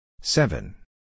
Seven